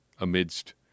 amidst